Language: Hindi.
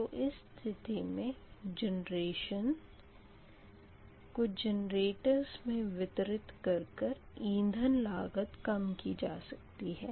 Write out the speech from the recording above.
तो इस स्थिति में जनरेशन को जेनेरेटरस मे वितरित कर कर इंधन लागत कम की जा सकती है